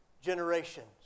generations